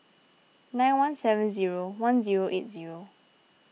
nine one seven zero one zero eight zero